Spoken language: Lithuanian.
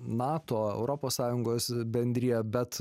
nato europos sąjungos bendriją bet